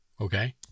Okay